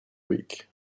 week